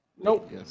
Nope